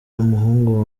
umuhungu